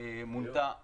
מונתה הוועדה.